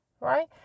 right